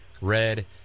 Red